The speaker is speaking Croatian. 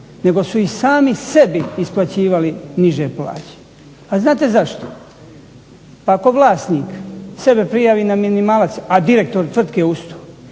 nego su i sami sebi isplaćivali niže plaće. A znate zašto? Pa ako vlasnik sebe prijavi na minimalac, a direktor je tvrtke uz to,